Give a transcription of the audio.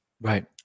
Right